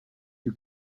you